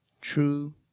True